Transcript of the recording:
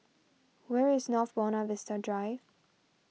where is North Buona Vista Drive